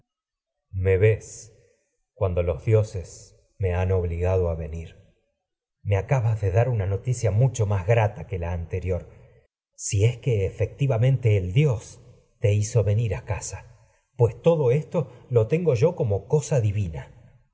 ves cuando los dioses me han obligado a electra me acabas de dar una noticia mucho más grata te que la anteriorr si es que efectivamente el dios a hizo venir casa pues todo esto lo tengo yo como cosa divina